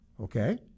Okay